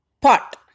pot